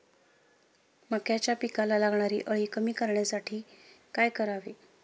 मक्याच्या पिकाला लागणारी अळी कमी करण्यासाठी काय करावे?